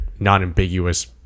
non-ambiguous